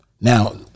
Now